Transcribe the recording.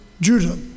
Judah